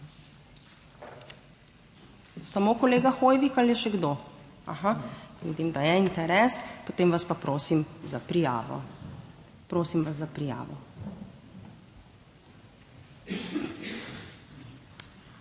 Samo kolega Hoivik ali še kdo? (Da.) Aha, vidim, da je interes, potem vas pa prosim za prijavo. Prosim vas za prijavo.